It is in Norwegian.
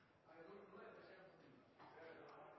Eg er